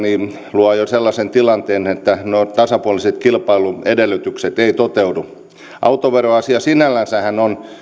luovat jo sellaisen tilanteen että nuo tasapuoliset kilpailun edellytykset eivät toteudu autoveroasiahan sinällänsä on